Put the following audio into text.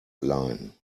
line